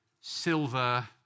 silver